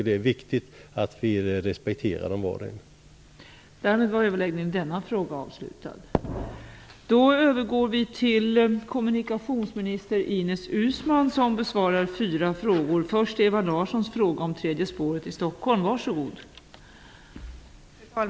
Det är viktigt att vi respekterar var och en av dem.